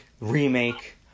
remake